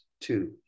two